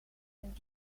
een